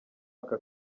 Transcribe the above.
aka